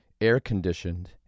air-conditioned